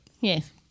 Yes